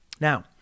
Now